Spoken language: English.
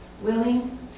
willing